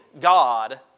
God